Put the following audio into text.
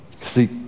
see